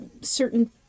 certain